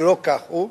ולא כך הוא.